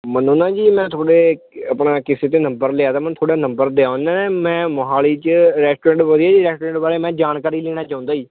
ਮੈਨੂੰ ਨਾ ਜੀ ਮੈਂ ਤੁਹਾਡੇ ਆਪਣਾ ਕਿਸੇ ਤੋਂ ਨੰਬਰ ਲਿਆ ਤਾ ਮੈਨੂੰ ਤੁਹਾਡਾ ਨੰਬਰ ਦਿੱਤਾ ਉਹਨੇ ਮੈਂ ਮੋਹਾਲੀ 'ਚ ਰੈਸਟਰੋਰੈਂਟ ਵਧੀਆ ਜਿਹੇ ਰੈਸਟਰੋਰੈਂਟ ਬਾਰੇ ਮੈਂ ਜਾਣਕਾਰੀ ਲੈਣਾ ਚਾਹੁੰਦਾ ਜੀ